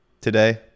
Today